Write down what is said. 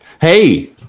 Hey